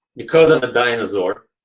because i'm a dinosaur,